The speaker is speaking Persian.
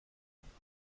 شرکتها